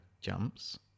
Jumps